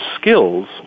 skills